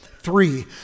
Three